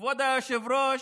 כבוד היושב-ראש,